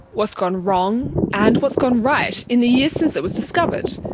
what's gone wrong and what's gone right in the year since it was discovered,